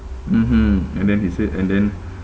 mmhmm and then he said and then